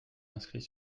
inscrit